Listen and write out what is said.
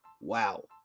Wow